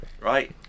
right